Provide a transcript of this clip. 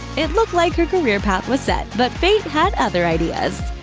it looked like her career path was set. but fate had other ideas.